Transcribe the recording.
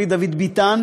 חברי דוד ביטן,